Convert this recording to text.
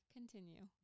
Continue